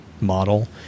model